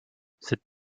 cette